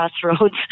crossroads